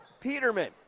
Peterman